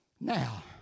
Now